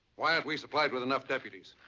why aren't we supplied with enough deputies?